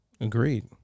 Agreed